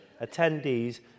attendees